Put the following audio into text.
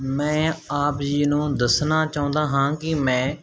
ਮੈਂ ਆਪ ਜੀ ਨੂੰ ਦੱਸਣਾ ਚਾਹੁੰਦਾ ਹਾਂ ਕਿ ਮੈਂ